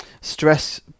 stress